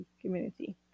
community